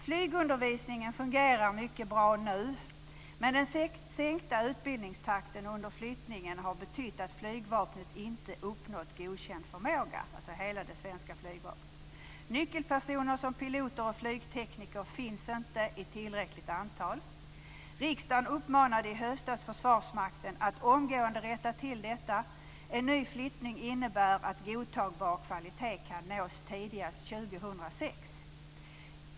Flygundervisningen fungerar mycket bra nu, men den sänkta utbildningstakten under flyttningen har betytt att det svenska flygvapnet inte uppnått godkänd förmåga. Nyckelpersoner som piloter och flygtekniker finns ännu inte i tillräckligt antal. Riksdagen uppmanade i höstas Försvarsmakten att omgående rätta till detta. En ny flyttning innebär att godtagbar kvalitet kan nås tidigast år 2006.